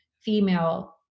female